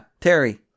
Terry